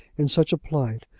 in such a plight,